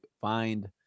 find